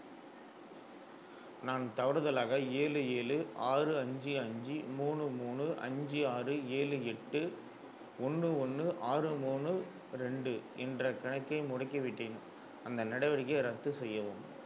நான் தவறுதலாக ஏழு ஏழு ஆறு அஞ்சு அஞ்சு மூணு மூணு அஞ்சு ஆறு ஏழு எட்டு ஒன்று ஒன்று ஆறு மூணு ரெண்டு என்ற கணக்கை முடக்கிவிட்டேன் அந்த நடவடிக்கையை ரத்து செய்யவும்